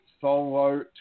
solo